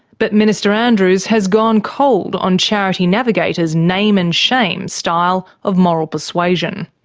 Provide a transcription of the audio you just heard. but minister andrews has gone cold on charity navigator's name-and-shame style of moral persuasion.